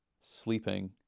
sleeping